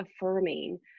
affirming